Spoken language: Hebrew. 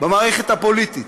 במערכת הפוליטית.